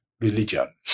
religion